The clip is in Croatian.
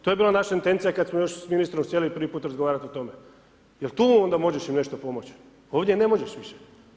To je bila naša intencija kada smo još s ministrom sjeli i prvi put razgovarali o tome jel tu onda možeš im nešto pomoći, ovdje ne možeš više.